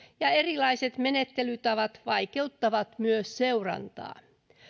ja erilaiset menettelytavat vaikeuttavat myös seurantaa